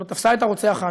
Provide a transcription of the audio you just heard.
שלא תפסה את הרוצח האמיתי.